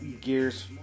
Gears